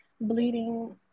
bleeding